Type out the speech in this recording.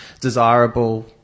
desirable